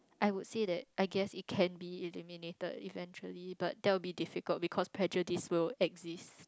I would say that I guess that it can be eliminated eventually but that it will be difficult because prejudice will exist